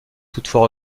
toutefois